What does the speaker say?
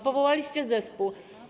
Powołaliście zespół.